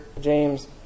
James